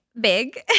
big